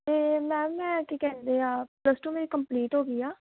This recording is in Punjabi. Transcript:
ਅਤੇ ਮੈਮ ਮੈਂ ਕੀ ਕਹਿੰਦੇ ਆ ਪਲੱਸ ਟੂ ਮੇਰੀ ਕੰਪਲੀਟ ਹੋ ਗਈ ਆ